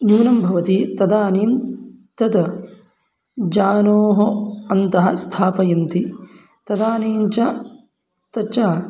न्यूनं भवति तदानीं तद् जानोः अन्तः स्थापयन्ति तदानीं च तच्च